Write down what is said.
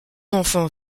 enfant